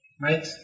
right